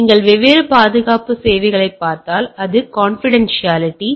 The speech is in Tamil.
நீங்கள் வெவ்வேறு பாதுகாப்பு சேவைகளைப் பார்த்தால் அது கான்பிடான்சியாலிட்டி